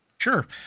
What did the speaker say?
Sure